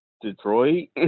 Detroit